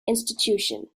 institution